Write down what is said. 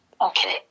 Okay